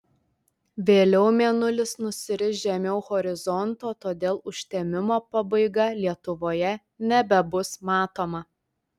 vėliau mėnulis nusiris žemiau horizonto todėl užtemimo pabaiga lietuvoje nebebus matoma